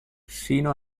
sino